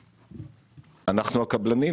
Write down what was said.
הקבלנים,